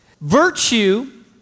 Virtue